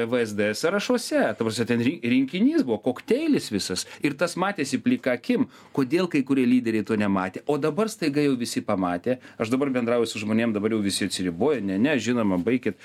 vsd sąrašuose ta prasme ten ri rinkinys buvo kokteilis visas ir tas matėsi plika akim kodėl kai kurie lyderiai to nematė o dabar staiga jau visi pamatė aš dabar bendrauju su žmonėm dabar jau visi atsiriboja ne ne žinoma baikit